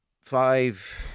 five